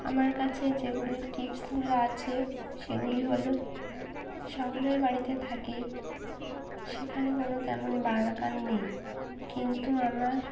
আমার কাছে যেগুলি টিপসগুলো আছে সেগুলি হলো শহরের বাড়িতে থাকি সেখানে কোনো তেমন বাগান নেই কিন্তু আমার